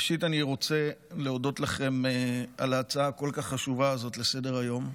ראשית אני רוצה להודות לכם על ההצעה הכל-כך חשובה הזאת לסדר-היום,